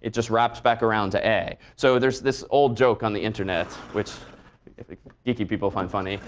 it just wraps back around to a. so there's this old joke on the internet which geeky people find funny.